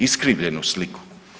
Iskrivljenu sliku.